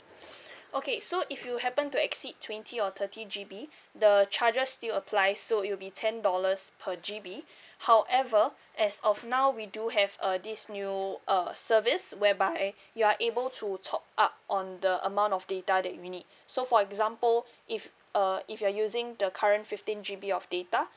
okay so if you happen to exceed twenty or thirty G_B the charges still applies so it'll be ten dollars per G_B however as of now we do have uh this new uh service whereby you are able to top up on the amount of data that we need so for example if uh if you're using the current fifteen G_B of data